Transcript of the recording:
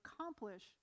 accomplish